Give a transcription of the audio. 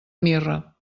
mirra